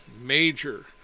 major